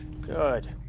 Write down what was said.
Good